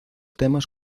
temas